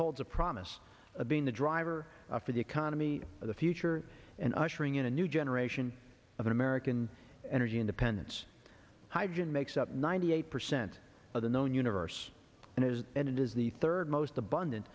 holds a promise of being the driver for the economy of the future and ushering in a new generation of american energy independence hydrogen makes up ninety eight percent of the known universe and it is and it is the third most abundant